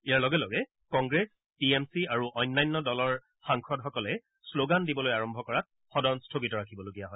ইয়াৰ লগে লগে Congress T M C আৰু অন্যান্য দলৰ সাংসদসকলে শ্ল'গান দিবলৈ আৰম্ভ কৰাত সদন স্থগিত ৰাখিবলগীয়া হয়